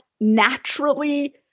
naturally